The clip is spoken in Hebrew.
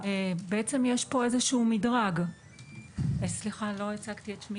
יש פה איזה שהוא מדרג, איזה שהיא